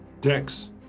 dex